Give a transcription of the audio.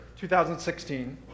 2016